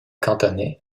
cantonais